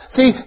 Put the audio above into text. See